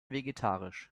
vegetarisch